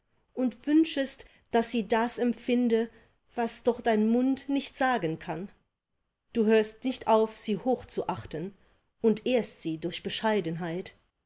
und wünschest daß sie das empfinde was doch dein mund nicht sagen kann du hörst nicht auf sie hochzuachten und ehrst sie durch bescheidenheit